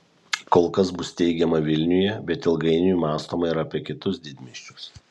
kol kas bus steigiama vilniuje bet ilgainiui mąstoma ir apie kitus didmiesčius